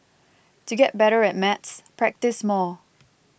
to get better at maths practise more